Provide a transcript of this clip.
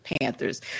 Panthers